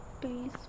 please